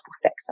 sector